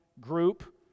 group